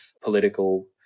political